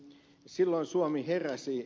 silloin suomi heräsi